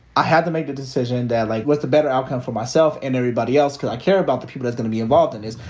i had to make the decision that like, what's the better outcome for myself and everybody else? cause i care about the people that's gonna be involved in this.